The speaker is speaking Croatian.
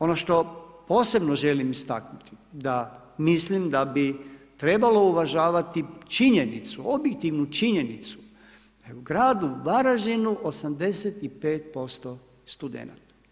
Ono što posebno želim istaknuti da mislim da bi trebalo uvažavati činjenicu, objektivnu činjenicu da je u Gradu Varaždinu 85% studenata.